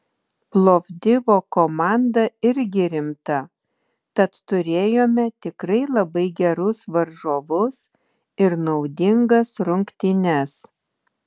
plovdivo komanda irgi rimta tad turėjome tikrai labai gerus varžovus ir naudingas rungtynes